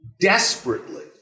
desperately